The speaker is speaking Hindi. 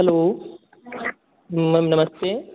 हलो मैम नमस्ते